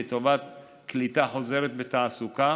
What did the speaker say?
לטובת קליטה חוזרת בתעסוקה,